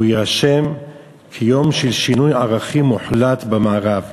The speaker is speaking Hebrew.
הוא יירשם כיום של שינוי ערכים מוחלט במערב.